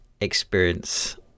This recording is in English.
experience